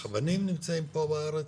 הבנים נמצאים פה בארץ.